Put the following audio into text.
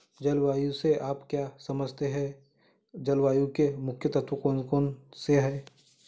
जलवायु से आप क्या समझते हैं जलवायु के मुख्य तत्व कौन कौन से हैं?